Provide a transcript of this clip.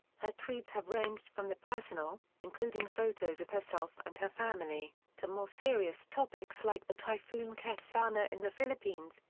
her tweets have ranged from the personal, including photos of herself and her family, to more serious topics like the typhoon ketsana in the philippines,